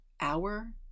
hour